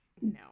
no